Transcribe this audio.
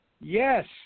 Yes